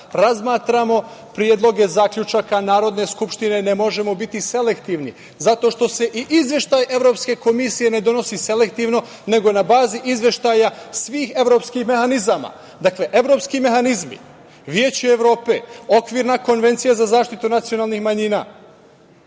razmatramo predloge zaključaka Narodne skupštine ne možemo biti selektivni, zato što se i izveštaj Evropske komisije ne donosi selektivno nego na bazi izveštaja svih evropskih mehanizama. Dakle, evropski mehanizmi, Veće Evrope, Okvirna konvencija za zaštitu nacionalnih manjina,